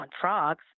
frogs